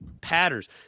patterns